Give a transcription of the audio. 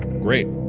great.